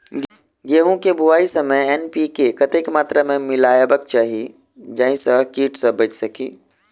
गेंहूँ केँ बुआई समय एन.पी.के कतेक मात्रा मे मिलायबाक चाहि जाहि सँ कीट सँ बचि सकी?